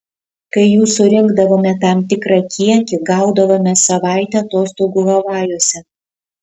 kai jų surinkdavome tam tikrą kiekį gaudavome savaitę atostogų havajuose